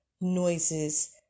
noises